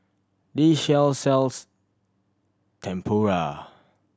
this shop sells Tempura